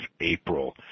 April